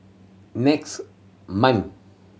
next month